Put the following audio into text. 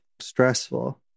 stressful